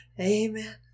amen